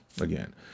again